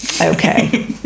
Okay